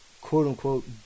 quote-unquote